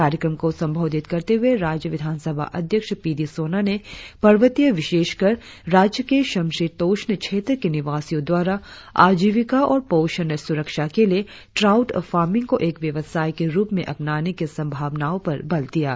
कार्यक्रम को संबोधित करते हए राज्य विधानसभा अध्यक्ष पी डी सोना ने पर्वतीय विशेषकर राज्य के समशीतोष्ण क्षेत्र के निवासियों दवारा आजीविका और पोषण स्रक्षा के लिए ट्राउट फार्मिग को एक व्यवसाय के रुप में अपनाने की संभावनाओं पर बल दिया गया